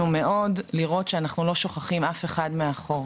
מאוד לראות שאנחנו לא שוכחים אף אחד מאחור